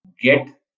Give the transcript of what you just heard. get